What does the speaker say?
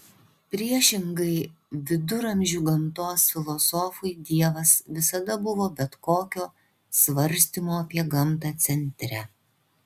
priešingai viduramžių gamtos filosofui dievas visada buvo bet kokio svarstymo apie gamtą centre